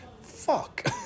fuck